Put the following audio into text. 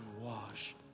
wash